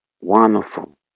Wonderful